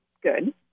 good